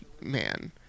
Man